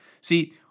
See